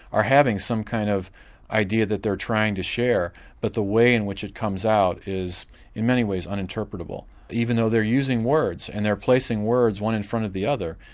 or having some kind of idea that they're trying to share but the way in which it comes out is in many ways un-interpretable even though they're using words and they're placing words one in front of the other,